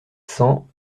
cents